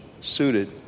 suited